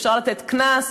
אפשר לתת קנס,